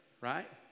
right